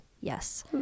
Yes